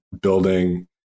building